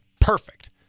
perfect